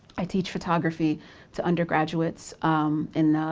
i teach photography to undergraduates in